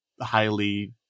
highly